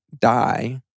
die